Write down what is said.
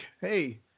hey